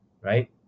Right